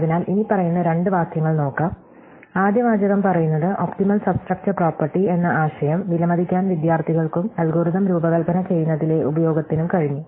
അതിനാൽ ഇനിപ്പറയുന്ന രണ്ട് വാക്യങ്ങൾ നോക്കാം ആദ്യ വാചകം പറയുന്നത് ഒപ്റ്റിമൽ സബ്സ്ട്രക്ചർ പ്രോപ്പർട്ടി എന്ന ആശയം വിലമതിക്കാൻ വിദ്യാർത്ഥികൾക്കും അൽഗോരിതം രൂപകൽപ്പന ചെയ്യുന്നതിലെ ഉപയോഗത്തിനും കഴിഞ്ഞു